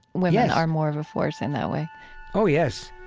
women are more of a force in that way oh, yes